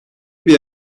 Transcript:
bir